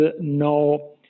no